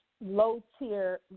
low-tier